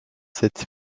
sept